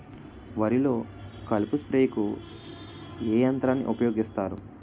వరిలో కలుపు స్ప్రేకు ఏ యంత్రాన్ని ఊపాయోగిస్తారు?